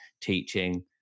teaching